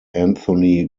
anthony